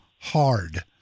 hard